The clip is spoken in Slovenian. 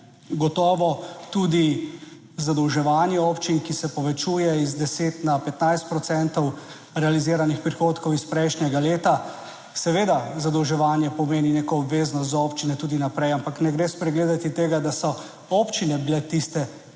Gotovo tudi zadolževanje občin, ki se povečuje iz 10 na 15 procentov realiziranih prihodkov iz prejšnjega leta. Seveda zadolževanje pomeni neko obveznost za občine tudi naprej, ampak ne gre spregledati tega, da so občine bile tiste,